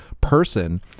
person